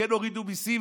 וכן הורידו מיסים,